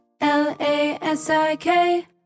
L-A-S-I-K